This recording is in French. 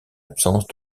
absence